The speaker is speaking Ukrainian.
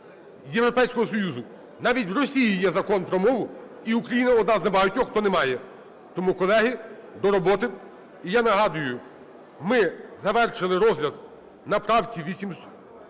з Європейського Союзу, навіть в Росії є Закон про мову, і Україна одна з небагатьох, хто не має. Тому, колеги, до роботи. І я нагадую: ми завершили розгляд на правці 1832.